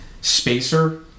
spacer